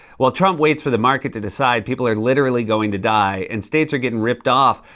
while trump waits for the market to decide, people are literally going to die and states are getting ripped off.